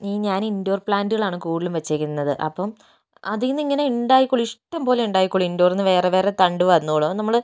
ഈ ഞാൻ ഇൻഡോർ പ്ലാൻ്റുകളാണ് കൂടുതലും വച്ചേക്കുന്നത് അപ്പം അതിൽ നിന്ന് ഇങ്ങനെ ഉണ്ടായിക്കോളും ഇഷ്ടംപോലെ ഉണ്ടായിക്കോളും ഇൻഡോറിൽ നിന്ന് വേറെ വേറെ തണ്ട് വന്നോളും അത് നമ്മൾ